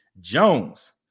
Jones